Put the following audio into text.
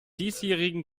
diesjährigen